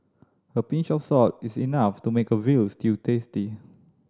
a pinch of salt is enough to make a veal stew tasty